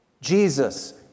Jesus